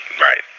Right